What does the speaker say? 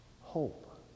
Hope